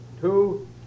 two